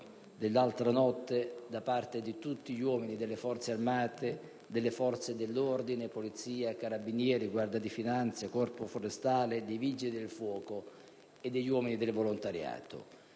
dell'altra notte da parte di tutti gli uomini delle Forze armate, delle forze dell'ordine, Polizia e Carabinieri, Guardia di finanza, Corpo forestale, Vigili del fuoco e degli uomini del volontariato.